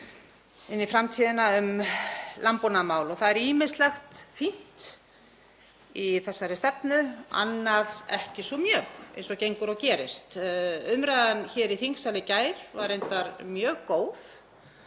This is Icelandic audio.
inn í framtíðina um landbúnaðarmál. Það er ýmislegt fínt í þessari stefnu, annað ekki svo mjög, eins og gengur og gerist. Umræðan hér í þingsal í gær var reyndar mjög góð,